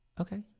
Okay